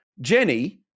Jenny